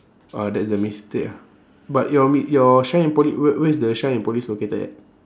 ah that's the mistake ah but your m~ your shine and po~ wher~ where's the shine and polish located at